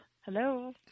hello